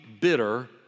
bitter